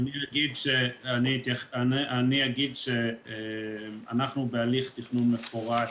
אני אגיד שאנחנו בהליך תכנון מפורט